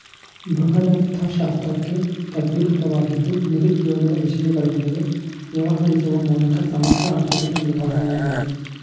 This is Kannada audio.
ಬೃಹದರ್ಥಶಾಸ್ತ್ರಕ್ಕೆ ತದ್ವಿರುದ್ಧವಾಗಿದ್ದು ನಿರುದ್ಯೋಗದ ವಿಷಯಗಳೊಂದಿಗೆ ವ್ಯವಹರಿಸುವ ಮೂಲಕ ಸಮಗ್ರ ಆರ್ಥಿಕತೆ ನಿರ್ವಹಣೆಯಾಗಿದೆ